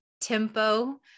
tempo